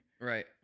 Right